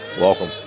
welcome